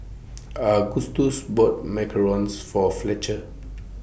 Agustus bought Macarons For Fletcher